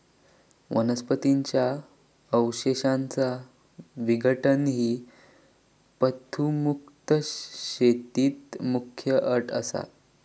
वनस्पतीं च्या अवशेषांचा विघटन ही पशुमुक्त शेतीत मुख्य अट असा